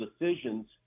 decisions